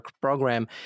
program